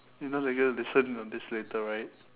you know they're gonna listen in on this later right